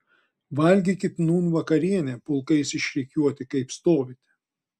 valgykit nūn vakarienę pulkais išrikiuoti kaip stovite